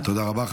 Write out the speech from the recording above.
תודה רבה.